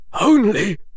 Only